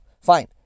Fine